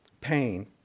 pain